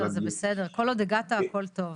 זה בסדר, כל עוד הגעת הכל טוב.